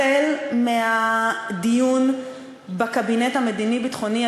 החל מהדיון בקבינט המדיני-ביטחוני,